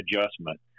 adjustment